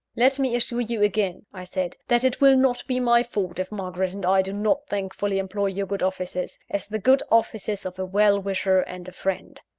let me assure you again, i said, that it will not be my fault if margaret and i do not thankfully employ your good offices, as the good offices of a well-wisher and a friend.